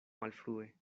malfrue